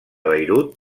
beirut